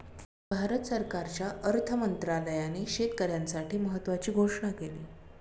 भारत सरकारच्या अर्थ मंत्रालयाने शेतकऱ्यांसाठी महत्त्वाची घोषणा केली